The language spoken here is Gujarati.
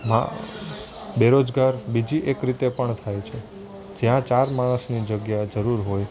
મા બેરોજગાર બીજી એક રીતે પણ થાય છે જ્યાં ચાર માણસની જગ્યા જરૂર હોય